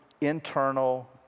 internal